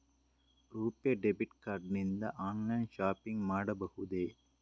RuPay debit card ನಿಂದ online shopping ಮಾಡಬಹುದೇ?